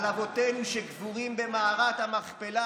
על אבותינו שקבורים במערת המכפלה?